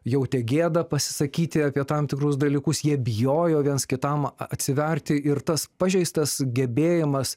jautė gėdą pasisakyti apie tam tikrus dalykus jie bijojo viens kitam atsiverti ir tas pažeistas gebėjimas